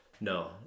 no